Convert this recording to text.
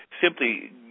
simply